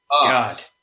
God